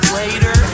later